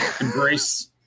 embrace